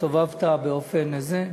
שהסתובבת באופן הזה,